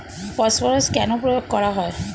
Phosphorus কেন প্রয়োগ করা হয়?